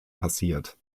passiert